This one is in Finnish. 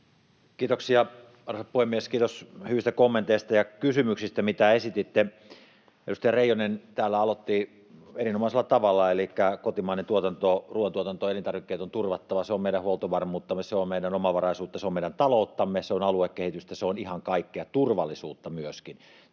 Kiitoksia, arvoisa puhemies! Kiitos hyvistä kommenteista ja kysymyksistä, mitä esititte. Edustaja Reijonen täällä aloitti erinomaisella tavalla, elikkä kotimainen tuotanto, ruoantuotanto, elintarvikkeet on turvattava. Se on meidän huoltovarmuuttamme. Se on meidän omavaraisuuttamme. Se on meidän talouttamme. Se on aluekehitystä. Se on ihan kaikkea, turvallisuutta myöskin.